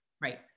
Right